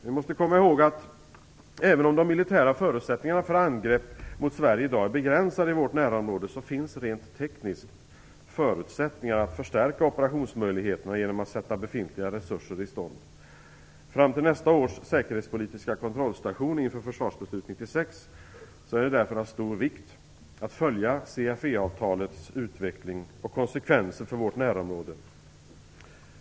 Vi måste komma ihåg att även om de militära förutsättningarna för angrepp mot Sverige i dag är begränsade i vårt närområde, finns rent tekniskt förutsättningar att förstärka operationsmöjligheterna genom att sätta befintliga resurser i stånd. Fram till nästa års säkerhetspolitiska kontrollstation inför försvarsbeslutet 96 är det av stor vikt att följa CFE-avtalets utveckling och konsekvenser för vårt närområde.